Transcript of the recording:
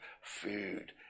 food